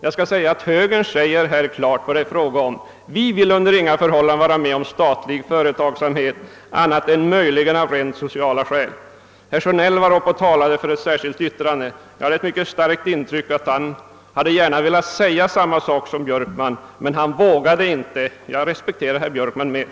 Herr Björkman säger här klart vad det är fråga om: Vi vill under inga förhållanden vara med om statlig företagsamhet annat än möjligen av rent sociala skäl. Herr Sjönell var uppe och talade för ett särskilt yttrande. Han gjorde ett starkt intryck av att han gärna hade velat säga samma sak som herr Björkman men han vågade inte. Jag respekterar herr Björkman mera.